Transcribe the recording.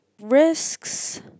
risks